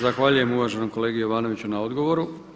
Zahvaljujem uvaženom kolegi Jovanoviću na odgovoru.